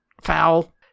Foul